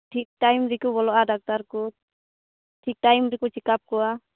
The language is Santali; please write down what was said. ᱴᱷᱤᱠ ᱴᱟᱭᱤᱢ ᱨᱮᱠᱚ ᱵᱚᱞᱚᱜᱼᱟ ᱰᱟᱠᱛᱟᱨ ᱠᱚ ᱴᱷᱤᱠ ᱴᱟᱭᱤᱢ ᱨᱮᱠᱚ ᱪᱮᱠᱟᱯ ᱠᱚᱣᱟ